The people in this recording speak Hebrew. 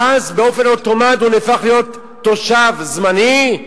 ואז באופן אוטומטי הוא נהפך להיות תושב זמני,